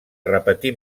repetí